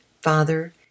father